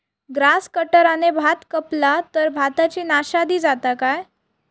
Grass कटराने भात कपला तर भाताची नाशादी जाता काय?